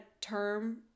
term